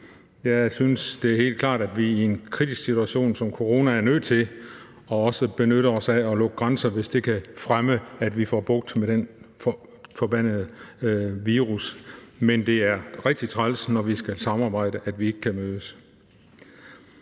Jeg synes, det er helt klart, at vi i en kritisk situation med corona er nødt til også at benytte os af at lukke grænser, hvis det kan fremme, at vi får bugt med den forbandede virus. Men det er rigtig træls, når vi skal samarbejde, at vi ikke kan mødes.